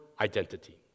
identity